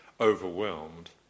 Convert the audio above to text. overwhelmed